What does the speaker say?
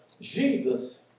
Jesus